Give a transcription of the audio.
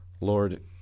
Lord